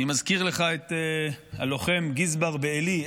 אני מזכיר לך את הלוחם גזבר בעלי.